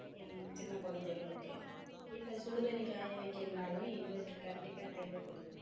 என்ன சின்ன குழந்தைங்களுக்கு இப்போ சுடுதண்ணி காய வைக்கிறனாலும் இன்வெர்ட்ரு கண்டிப்பாக தேவைப்படுது